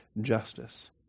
justice